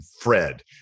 Fred